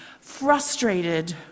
frustrated